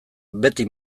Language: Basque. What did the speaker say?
beti